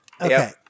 Okay